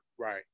Right